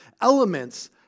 elements